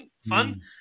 fun